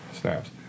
Snaps